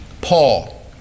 Paul